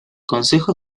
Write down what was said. consejo